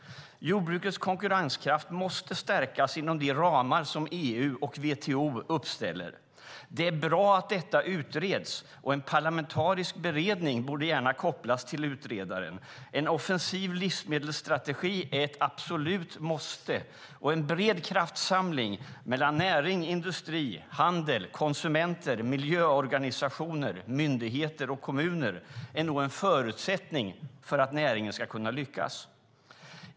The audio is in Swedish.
Jordbrukets konkurrenskraft måste stärkas inom de ramar som EU och WTO uppställer. Det är bra att detta utreds. En parlamentarisk beredning borde kopplas till utredaren. En offensiv livsmedelsstrategi är ett absolut måste, och en bred kraftsamling mellan näring, industri, handel, konsumenter, miljöorganisationer, myndigheter och kommuner är nog en förutsättning för att näringen ska kunna lyckas.